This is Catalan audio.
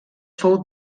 fou